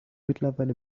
mittlerweile